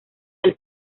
del